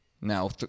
Now